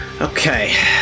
Okay